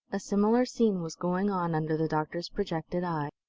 a similar scene was going on under the doctor's projected eye.